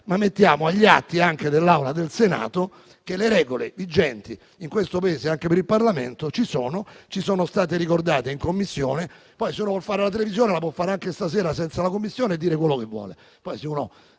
ma mettiamo agli atti dei lavori dell'Assemblea del Senato che le regole vigenti in questo Paese valgono per il Parlamento e ci sono state ricordate in Commissione. Se si vuol fare televisione si può fare anche stasera senza la Commissione e dire quel che si vuole,